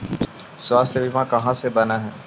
स्वास्थ्य बीमा कहा से बना है?